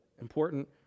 important